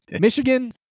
Michigan